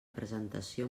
presentació